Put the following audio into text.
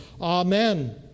Amen